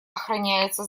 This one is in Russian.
охраняется